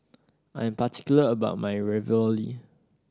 I am particular about my Ravioli